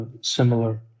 similar